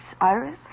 Iris